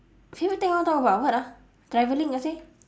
favourite topic I want to talk about what ah traveling ah seh